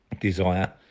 desire